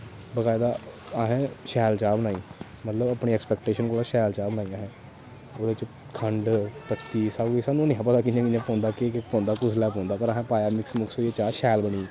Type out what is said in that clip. बकायदा असें शैल चाह् बनाई मतलब अपने ऐक्सपटेशन कोला शैल चाह् बनाई असें ओह्दे च खंड पत्ती सब कुछ सानूं नेईं हा पता कि'यां पौंदा केह् केह् पौंदा कुसलै पौंदा पर असें पाया मिक्स मूक्स करियै चाह् शैल बनी गेई